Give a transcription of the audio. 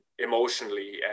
emotionally